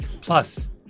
Plus